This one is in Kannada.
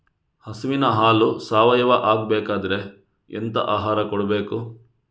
ಹಸುವಿನ ಹಾಲು ಸಾವಯಾವ ಆಗ್ಬೇಕಾದ್ರೆ ಎಂತ ಆಹಾರ ಕೊಡಬೇಕು?